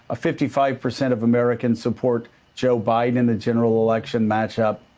fifty five percent of americans support joe biden in the general election matchup.